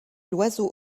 l’oiseau